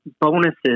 bonuses